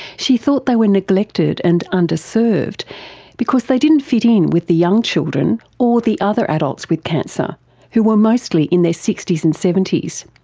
she thought they were neglected and under-served, because they didn't fit in with the young children, or the other adults with cancer who were mostly in their sixty s and seventy s.